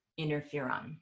interferon